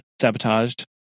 sabotaged